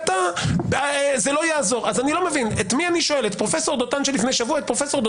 חברת הכנסת קארין אלהרר,